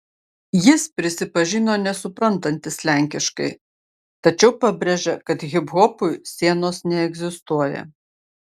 jis prisipažino nesuprantantis lenkiškai tačiau pabrėžė kad hiphopui sienos neegzistuoja